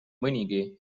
mõnigi